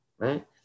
Right